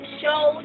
show